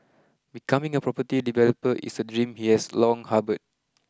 becoming a property developer is a dream he has long harboured